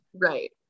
Right